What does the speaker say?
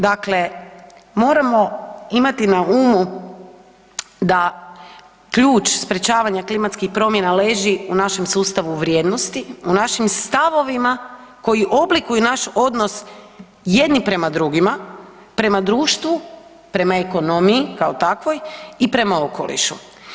Dakle, moramo imati na umu da ključ sprječavanja klimatskih promjena leži u našem sustavu vrijednosti, u našim stavovima koji oblikuju naš odnos jedni prema drugima, prema društvu, prema ekonomiji kao takvoj i prema okolišu.